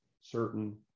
certain